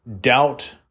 doubt